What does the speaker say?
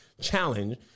challenge